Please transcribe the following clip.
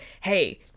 hey